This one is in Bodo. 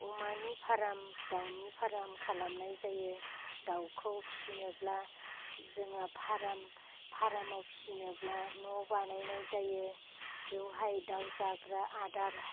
अमानि फार्म दाउनि फार्म खालामनाय जायो दाउखौ फिसिनोब्ला जोंहा फार्म फार्माव फिसिनोब्ला न' बानाय जायो बेवहाय दाउ जाग्रा आदार